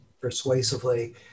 persuasively